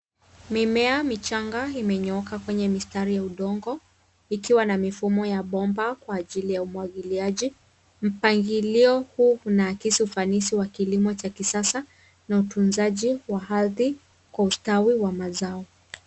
Mimea michanga imenyooka kwenye mistari ya udongo, ikiwa na mifumo ya bomba kwa ajili ya umwagiliaji .Mpangilio huu unaakisi ufanisi wa kilimo cha kisasa, na utunzaji wa hadhi kwa ustawi wa mazao.